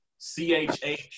CHH